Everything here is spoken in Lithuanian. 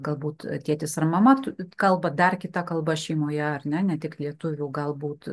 galbūt tėtis ar mama kalba dar kita kalba šeimoje ar ne ne tik lietuvių galbūt